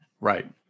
Right